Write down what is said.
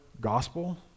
gospel